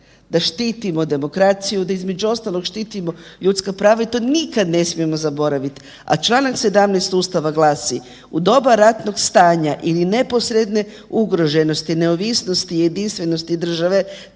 da štitimo demokraciju, da između ostalog štitimo ljudska prava i to nikada ne smijemo zaboraviti. A čl. 17. Ustava glasi „U doba ratnog stanja ili neposredne ugroženosti neovisnosti i jedinstvenosti države